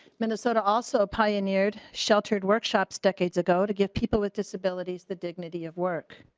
minnesota also pioneered sheltered workshops decades ago to get people with disabilities the dignity of work.